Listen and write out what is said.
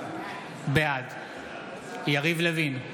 בעד יריב לוין,